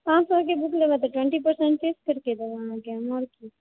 पाँच सए के बुक लेबै तऽ ट्वेंटी पर्सेंट के